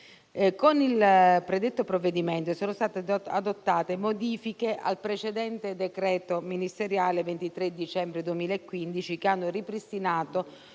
Con il predetto provvedimento sono state adottate modifiche al precedente decreto ministeriale 23 dicembre 2015, che hanno ripristinato